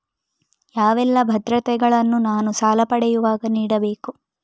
ಯಾವೆಲ್ಲ ಭದ್ರತೆಗಳನ್ನು ನಾನು ಸಾಲ ಪಡೆಯುವಾಗ ನೀಡಬೇಕು?